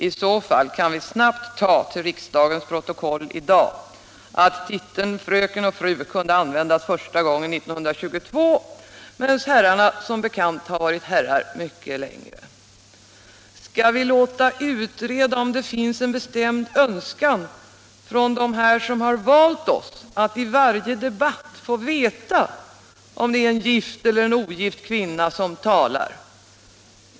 I så fall kan vi snabbt ta till riksdagens protokoll i dag att titlarna fröken och fru kunde användas första gången 1922, medan herrarna som bekant varit ”herrar” mycket längre. Skall vi låta utreda om det finns en bestämd önskan från dem som valt oss att vid varje debatt få veta om det är en gift eller ogift kvinna som talar?